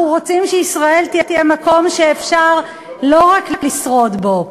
אנחנו רוצים שישראל תהיה מקום שאפשר לא רק לשרוד בו,